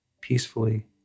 peacefully